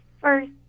first